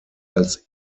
als